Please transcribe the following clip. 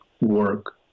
work